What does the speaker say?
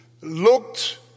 looked